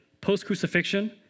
post-crucifixion